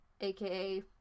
aka